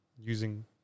using